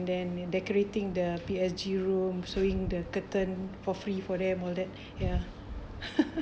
then decorating the P_S_G room sewing the curtain for free for them all that ya